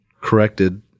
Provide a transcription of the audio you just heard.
corrected